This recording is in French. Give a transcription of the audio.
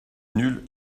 nulle